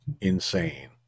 insane